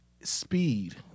speed